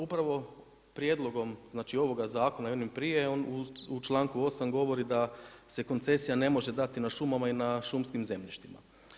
Upravo prijedlogom znači ovoga zakona i onog prije, on u članku 8. govori da se koncesija ne može dati na šumama i na šumskim zemljištima.